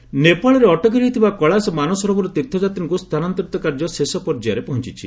ମାନସରୋବର ନେପାଳରେ ଅଟକି ରହିଥିବା କେଳାଶ ମାନସରୋବର ତୀର୍ଥଯାତ୍ରୀଙ୍କୁ ସ୍ଥାନାନ୍ତରୀତ କାର୍ଯ୍ୟ ଶେଷ ପର୍ଯ୍ୟାୟରେ ପହଞ୍ଚିଛି